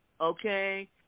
okay